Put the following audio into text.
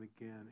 again